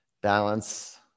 balance